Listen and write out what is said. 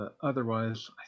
Otherwise